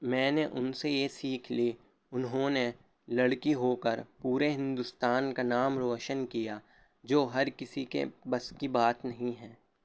میں نے ان سے یہ سیکھ لی انھوں نے لڑکی ہو کر پورے ہندوستان کا نام روشن کیا جو ہر کسی کے بس کی بات نہیں ہے